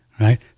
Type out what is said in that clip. right